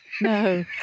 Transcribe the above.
No